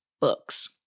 books